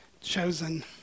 Chosen